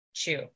chew